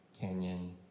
Canyon